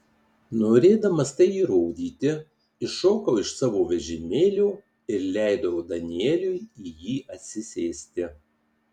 norėdamas tai įrodyti iššokau iš savo vežimėlio ir leidau danieliui į jį atsisėsti